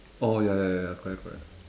oh ya ya ya correct correct